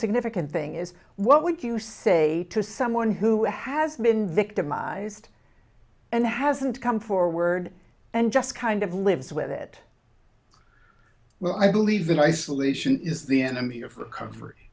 significant thing is what would you say to someone who has been victimized and hasn't come forward and just kind of lives with it well i believe in isolation is the enemy of cover